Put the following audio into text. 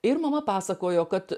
ir mama pasakojo kad